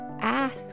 ask